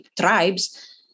tribes